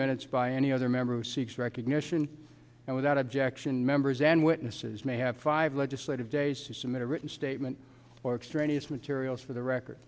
minutes by any other member who seeks recognition and without objection members and witnesses may have five legislative days to submit a written statement or extraneous materials for the record